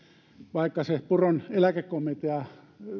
vaikka siihen puron eläkekomitean